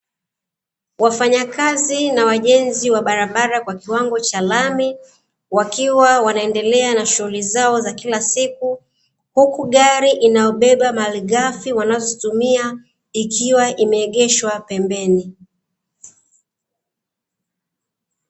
Wafanyakazi na wajenzi wa barabara kwa kiwango cha lami, wakiwa na shughuli zao za kila siku, huku gari inayobeba malighafi wanazozitumia ikiwa imeegeshwa pembeni.